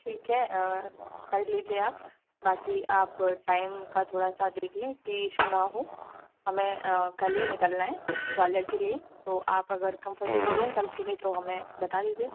ठीक है कर लीजिए आप बाकी आप टाइम का थोड़ा सा देख लें कि ईशू ना हो हमें कल ही निकलना है ग्वालियर के लिए तो आप अगर कम्फर्टेबल हों कल के लिए तो हमें बता दीजिए